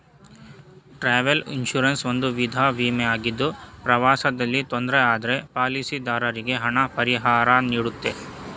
travel insurance ಒಂದು ವಿಧ ವಿಮೆ ಆಗಿದ್ದು ಪ್ರವಾಸದಲ್ಲಿ ತೊಂದ್ರೆ ಆದ್ರೆ ಪಾಲಿಸಿದಾರರಿಗೆ ಹಣ ಪರಿಹಾರನೀಡುತ್ತೆ